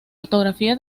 ortografía